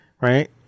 Right